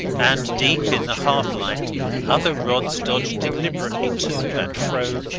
and deep in the half-light other rods dodged deliberately to and fro,